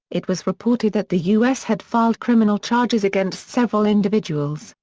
it was reported that the u s. had filed criminal charges against several individuals,